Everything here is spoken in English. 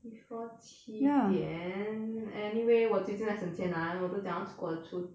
before 七点 anyway 我最近在省钱 ah 我都讲存我的出